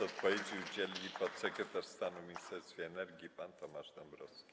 Odpowiedzi udzieli podsekretarz stanu w Ministerstwie Energii pan Tomasz Dąbrowski.